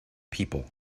people